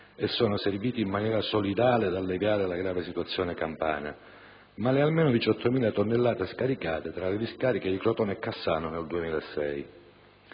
e sono serviti in maniera solidale ad alleviare la grave situazione campana, ma le almeno 18.000 tonnellate scaricate tra le discariche di Crotone e Cassano nel 2006.